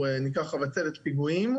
נקרא חבצלת פיגועים,